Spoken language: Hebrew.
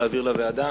להעביר לוועדה?